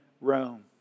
Rome